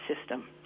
system